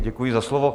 Děkuji za slovo.